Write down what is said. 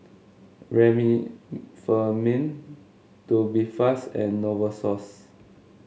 Remifemin Tubifast and Novosource